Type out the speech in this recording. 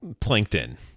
plankton